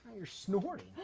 you're snorting.